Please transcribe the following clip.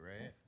right